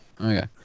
Okay